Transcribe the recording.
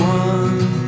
one